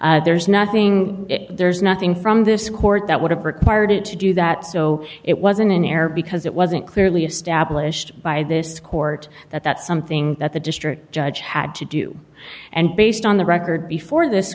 intent there's nothing there's nothing from this court that would have required it to do that so it wasn't an error because it wasn't clearly established by this court that that's something that the district judge had to do and based on the record